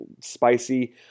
spicy